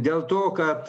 dėl to kad